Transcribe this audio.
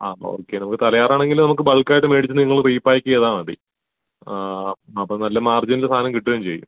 ആ അപ്പോഴൊക്കെ നമുക്ക് തലയാറാണങ്കിൽ നമുക്ക് ബാൾക്കായിട്ട് മേടിച്ച് നിങ്ങൾ റീപ്പായ്ക്ക് ചെയ്താൽ മതി അപ്പം നല്ല മാർജിൻൽ സാധനം കിട്ടുകയും ചെയ്യും